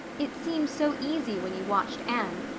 it seemed so easy when you watched anne.